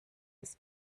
des